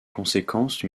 conséquence